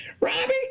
Robbie